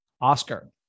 Oscar